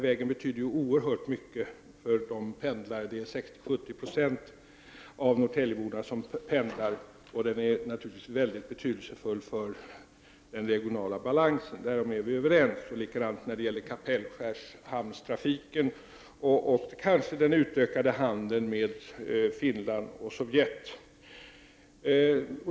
Vägen betyder oerhört mycket för de 60-70 26 av norrtäljeborna som pendlar, och den är naturligtvis väldigt betydelsefull för den regionala balansen. Där är vi överens, och vi är likaså överens när det gäller trafiken till och från Kapellskärs hamn och kanske även när det gäller den utökade handeln med Finland och Sovjet.